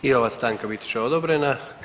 I ova stanka bit će odobrena.